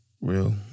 real